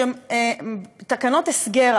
תקנות הסגר,